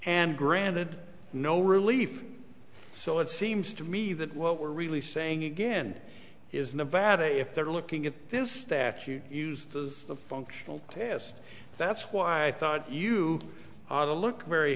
and granted no relief so it seems to me that what we're really saying again is nevada if they're looking at this statute used as a functional test that's why i thought you ought to look very